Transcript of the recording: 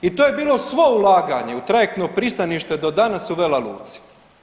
I to je bilo svo ulaganje u trajektno pristanište do danas u Vela Luci.